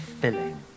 filling